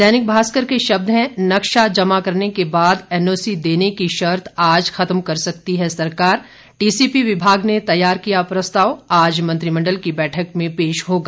दैनिक भास्कर के शब्द हैं नक्शा जमा करने के साथ एनओसी देने की शर्त आज ख़त्म कर सकती है सरकार टीसीपी विभाग ने तैयार किया प्रस्ताव आज मंत्रिमण्डल की बैठक में पेश होगा